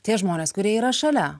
tie žmonės kurie yra šalia